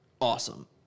Awesome